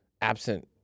absent